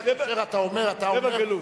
כאשר אתה אומר, אתה אומר, זה בגלות.